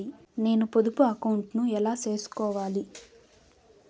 నేను పొదుపు అకౌంటు ను ఎలా సేసుకోవాలి?